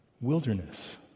wilderness